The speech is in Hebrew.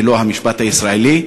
ולא המשפט הישראלי.